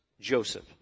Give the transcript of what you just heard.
Joseph